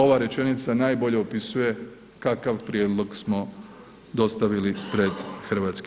Ova rečenica najbolje opisuje kakav prijedlog smo dostavili pred HS.